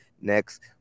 next